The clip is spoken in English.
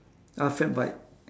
ah fat bike